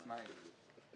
(אחרי כן תפ)